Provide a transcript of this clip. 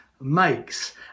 Makes